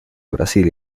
brasil